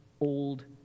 old